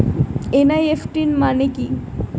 NEFT মানে কি?